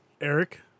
Eric